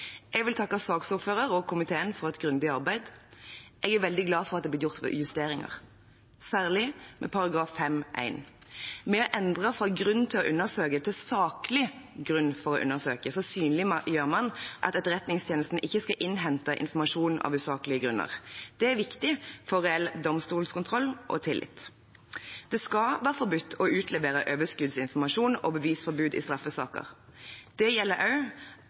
Jeg vil takke saksordføreren og komiteen for et grundig arbeid. Jeg er veldig glad for at det er blitt gjort justeringer, særlig i § 5-1. Ved å endre fra «grunn til å undersøke» til «saklig grunn til å undersøke» synliggjør man at Etterretningstjenesten ikke skal innhente informasjon av usaklige grunner. Det er viktig for reell domstolkontroll og tillit. Det skal være forbudt å utlevere overskuddsinformasjon og bevisforbud i straffesaker. Det gjelder